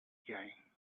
gang